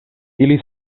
ili